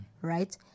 Right